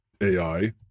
AI